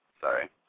sorry